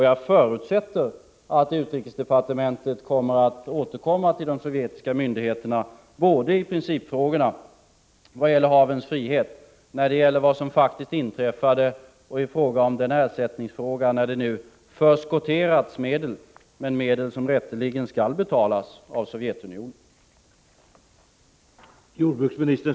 Jag förutsätter att utrikesdepartementet återkommer till de sovjetiska myndigheterna i principfrågorna vad gäller havens frihet, i fråga om vad som faktiskt inträffade och i ersättningsfrågan, när regeringen nu har förskotterat medel — medel som rätteligen skall betalas av Sovjetunionen.